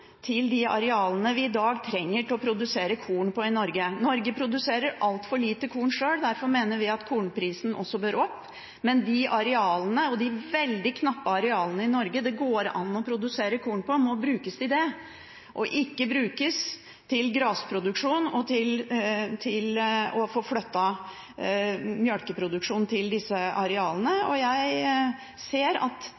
til de arealene vi i dag trenger til å produsere korn på i Norge. Norge produserer altfor lite korn sjøl. Derfor mener vi at kornprisen bør opp, men de veldig knappe arealene i Norge som det går an å produsere korn på, må brukes til det og ikke til grasproduksjon og til å få flyttet melkeproduksjonen til disse arealene. Jeg ser at